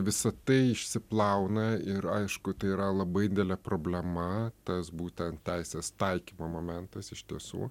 visa tai išsiplauna ir aišku tai yra labai didelė problema tas būtent teisės taikymo momentas iš tiesų